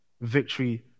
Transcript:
victory